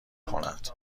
کند